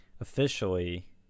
Officially